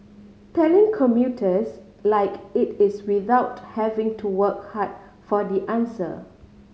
telling commuters like it is without having to work hard for the answer